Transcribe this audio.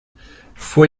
fue